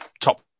top